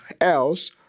else